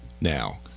now